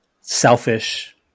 selfish